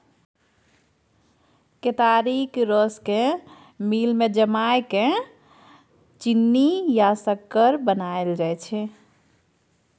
केतारीक रस केँ मिल मे जमाए केँ चीन्नी या सक्कर बनाएल जाइ छै